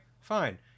fine